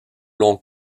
long